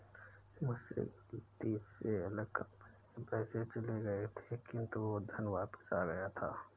मुझसे गलती से अलग कंपनी में पैसे चले गए थे किन्तु वो धन वापिस आ गया था